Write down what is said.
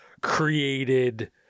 created